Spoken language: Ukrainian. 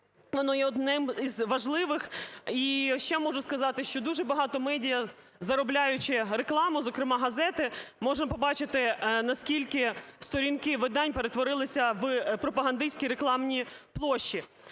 воно є одним із важливих. І ще можу сказати, що дуже багато медіа, заробляючи рекламу, зокрема газети, можемо побачити наскільки сторінки видань перетворилися в пропагандистські рекламні площі.